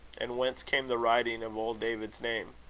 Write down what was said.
and whence came the writing of old david's name?